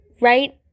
right